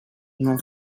non